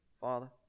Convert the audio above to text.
Father